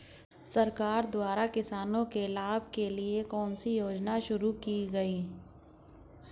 सरकार द्वारा किसानों के लाभ के लिए कौन सी योजनाएँ शुरू की गईं?